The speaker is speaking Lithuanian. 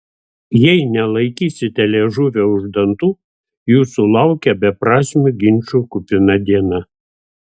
jei nelaikysite liežuvio už dantų jūsų laukia beprasmių ginčų kupina diena